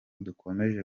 dukomeje